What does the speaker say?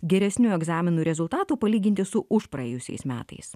geresnių egzaminų rezultatų palyginti su užpraėjusiais metais